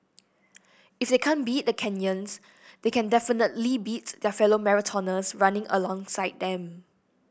if they can't beat the Kenyans they can definitely beat their fellow marathoners running alongside them